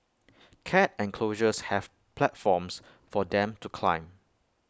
cat enclosures have platforms for them to climb